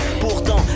Pourtant